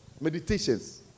meditations